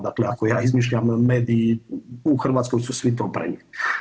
Dakle, ako ja izmišljam mediji u Hrvatskoj su svi to prenijeli.